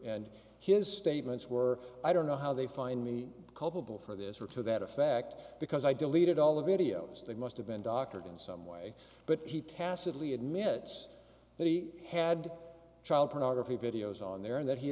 and his statements were i don't know how they find me culpable for this or to that effect because i deleted all the videos they must have been doctored in some way but he tacitly admits that he had child pornography videos on there and that he